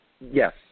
yes